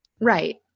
Right